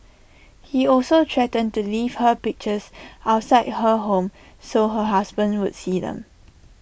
he also threatened to leave her pictures outside her home so her husband would see them